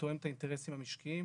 תואם את האינטרסים המשקיים.